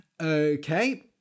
Okay